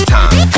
time